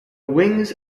wings